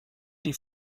die